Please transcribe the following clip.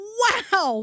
wow